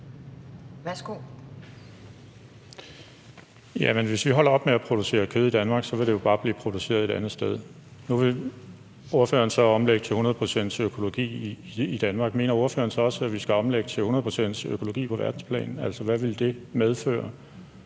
hvis vi holder op med at producere kød Danmark, vil det jo bare blive produceret et andet sted. Nu vil ordføreren så omlægge til 100 pct. økologi i Danmark. Mener ordføreren så også, at vi skal omlægge til 100 pct. økologi på verdensplan? Hvad ville det medføre?